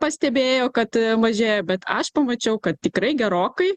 pastebėjo kad mažėja bet aš pamačiau kad tikrai gerokai